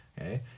okay